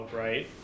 right